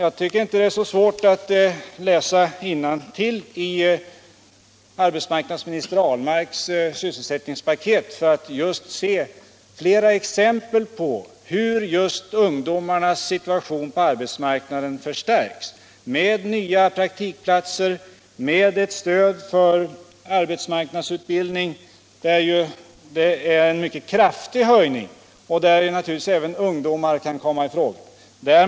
Om man läser innantill i arbetsmarknadsminister Ahlmarks sysselsättningspaket finner man flera exempel på hur just ungdomarnas situation på arbetsmarknaden förstärks med nya praktikplatser och med stöd för arbetsmarknadsutbildning, där det är en mycket kraftig höjning och där naturligtvis även ungdomar kommer i fråga.